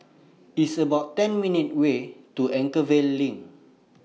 It's about ten minutes' Walk to Anchorvale LINK